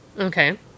Okay